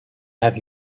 have